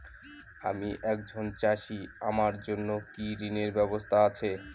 আমি একজন চাষী আমার জন্য কি ঋণের ব্যবস্থা আছে?